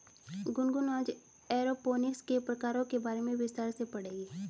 गुनगुन आज एरोपोनिक्स के प्रकारों के बारे में विस्तार से पढ़ेगी